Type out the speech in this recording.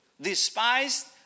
Despised